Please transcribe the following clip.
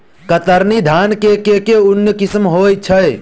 कतरनी धान केँ के उन्नत किसिम होइ छैय?